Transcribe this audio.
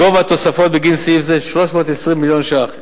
גובה התוספות בגין סעיף זה: 320 מיליון ש"ח,